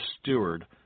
steward